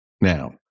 Now